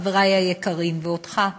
חברי היקרים, ואותך,